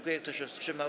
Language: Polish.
Kto się wstrzymał?